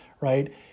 right